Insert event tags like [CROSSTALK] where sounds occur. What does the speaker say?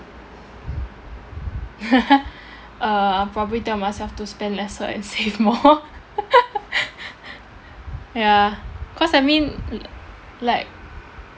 [LAUGHS] uh I'll probably tell myself to spend lesser and save more [LAUGHS] ya cause I mean li~ like